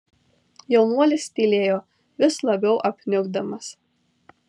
jaunuolis tylėjo vis labiau apniukdamas